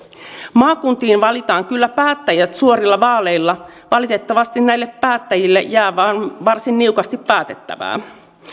maakuntiin valitaan kyllä päättäjät suorilla vaaleilla valitettavasti näille päättäjille jää vain varsin niukasti päätettävää